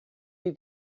you